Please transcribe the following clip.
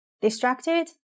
distracted